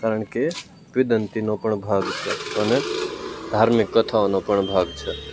કારણકે પ્રીદંતીનો પણ ભાગ છે અને ધાર્મિક કથાઓનો પણ ભાગ છે